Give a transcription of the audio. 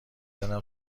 زدم